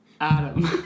Adam